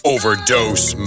Overdose